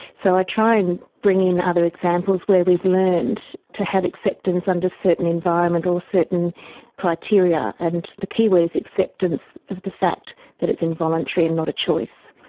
so i try and bring in other examples where we've learnt to have acceptance under certain environment or certain criteria, and the keyword is acceptance of the fact that it's involuntary and not a choice.